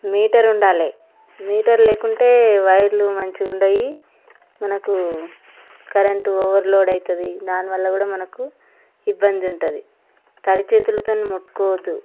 metre ఉండాలి meter లేకుంటే వైర్లు మంచిగ ఉండవు మనకు కరెంటు ఓవర్ లోడ్ అవుతుంది దాని వల్ల కూడా మనకు ఇబ్బంది ఉంటుంది తడి చేతులతో ముట్టుకోవద్దు